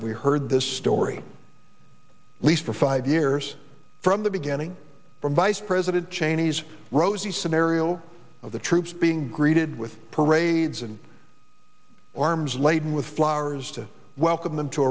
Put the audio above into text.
have we heard this story least for five years from the beginning from vice president cheney's rosy scenario of the troops being greeted with parades and arms laden with flowers to welcome them to